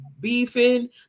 beefing